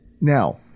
Now